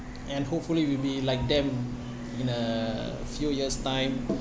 and hopefully we'll be like them in a few years time